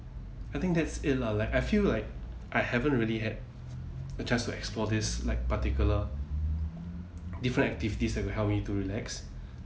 I think that's it lah like I feel like I haven't really had a chance to explore this like particular different activities that will help me to relax